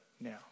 now